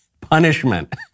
Punishment